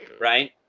right